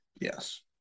Yes